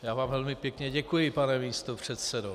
Já vám velmi pěkně děkuji, pane místopředsedo.